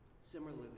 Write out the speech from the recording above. Similarly